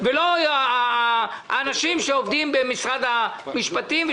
ולא האנשים שעובדים במשרד המשפטים,